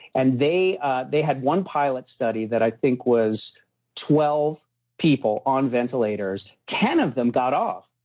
and they they had one pilot study that i think was twelve people on ventilators. ten of them got off.